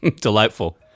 Delightful